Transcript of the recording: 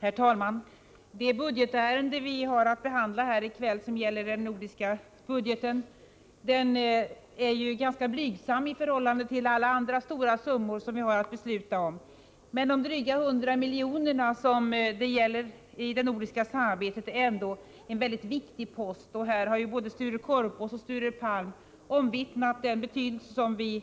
Herr talman! Det ärende beträffande nordiska ministerrådets budget som vi har att behandla i kväll gäller ett belopp som är ganska blygsamt i förhållande till de stora summor som vi oftast har att besluta om. Men de dryga 100 miljoner som avser det nordiska samarbetet är ändå en mycket viktig post. Både Sture Korpås och Sture Palm har omvittnat den betydelse vi